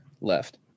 left